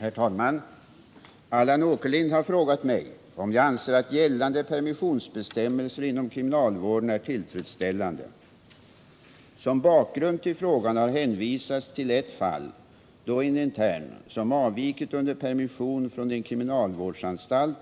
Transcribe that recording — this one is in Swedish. Herr talman! Allan Åkerlind har frågat mig om jag anser att gällande permissionsbestämmelser inom kriminalvården är tillfredsställande. Som bakgrund till frågan har hänvisats till ett fall då en intern, som avvikit under permission från en kriminalvårdsanstalt,